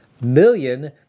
million